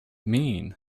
mean